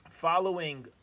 Following